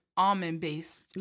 almond-based